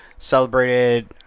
celebrated